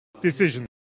decision